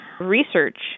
research